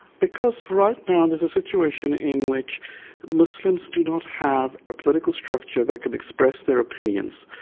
because right now there's a situation in which muslims do not have a political structure that can express their opinions.